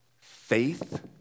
Faith